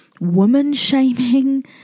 woman-shaming